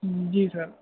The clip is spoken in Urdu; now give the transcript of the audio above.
جی سر